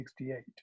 1968